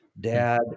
dad